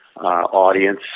audience